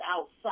outside